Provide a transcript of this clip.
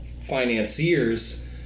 financiers